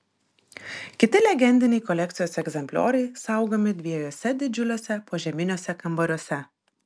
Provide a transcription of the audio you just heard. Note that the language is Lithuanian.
kiti legendiniai kolekcijos egzemplioriai saugomi dviejuose didžiuliuose požeminiuose kambariuose